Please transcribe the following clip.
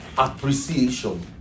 appreciation